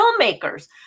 filmmakers